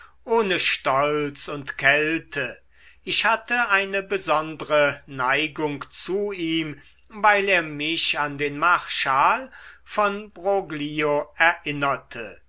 ohne stolz und kälte ich hatte eine besondre neigung zu ihm weil er mich an den marschall von broglio erinnerte